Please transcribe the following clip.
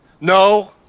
No